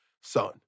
son